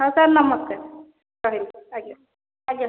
ହଁ ସାର୍ ନମସ୍କାର ରହିଲି ଆଜ୍ଞା ଆଜ୍ଞା ସାର୍